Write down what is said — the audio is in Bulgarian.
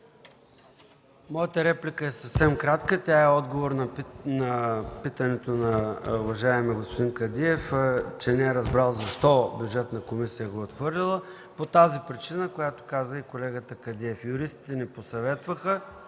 Моята реплика е съвсем кратка. Тя е отговор на питането на уважаемия господин Кадиев, че не е разбрал защо Бюджетна комисия го е отхвърлила. По тази причина, за която каза и колегата Казак – юристите ни посъветваха